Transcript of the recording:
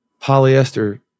polyester